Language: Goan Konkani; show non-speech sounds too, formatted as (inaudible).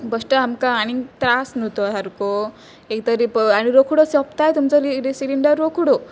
बश्टे आमकां आनीक त्रास न्हू तो सारको एक तरी (unintelligible) आनी रोखडो सोंपताय तुमचो सिलिंडर रोखडो